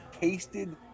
tasted